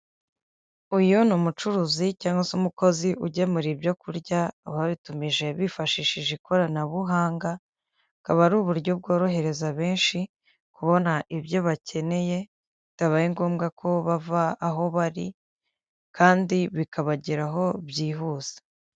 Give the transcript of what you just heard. Uyu ni umucuruzi cyangwa se umukozi ugemura ibyokurya ababitumije bifashishije ikoranabuhanga, akaba ari uburyo bworohereza benshi kubona ibyo bakeneye bitabaye ngombwa ko bava aho bari kandi bikabageraho byihuse.